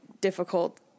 difficult